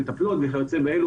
מטפלות וכיוצא באלו,